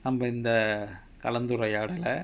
நம்ம இந்த கலந்துரையாடல:namma intha kalanthurayadala